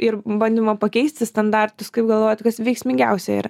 ir bandymo pakeisti standartus kaip galvojat kas veiksmingiausia yra